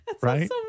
Right